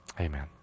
Amen